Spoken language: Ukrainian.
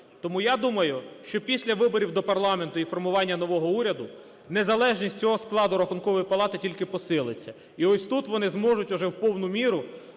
Тому я думаю, що після виборів до парламенту і формування нового уряду незалежність цього складу Рахункової палати тільки посилиться. І ось тут вони зможуть вже в повну міру